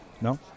No